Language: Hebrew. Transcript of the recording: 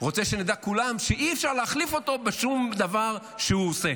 רוצה שנדע כולם שאי-אפשר להחליף אותו בשום דבר שהוא עושה.